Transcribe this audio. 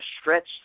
stretch